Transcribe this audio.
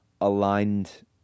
aligned